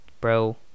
Bro